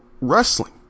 wrestling